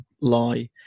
lie